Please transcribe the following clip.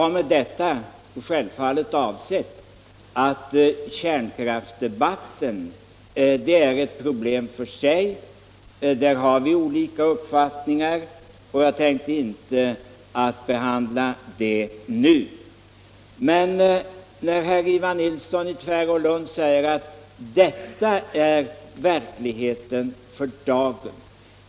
Därmed avsåg jag självfallet att kärnkraften är ett problem för sig. Där har vi olika uppfattningar, och jag tänkte inte behandla den frågan nu. Herr Nilsson i Tvärålund säger nu att det är verkligheten för dagen som man måste utgå ifrån.